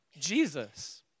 Jesus